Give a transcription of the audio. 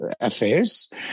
Affairs